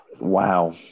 Wow